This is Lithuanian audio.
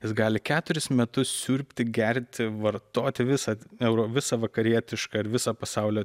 jis gali keturis metus siurbti gerti vartoti visą euro visa vakarietišką ir viso pasaulio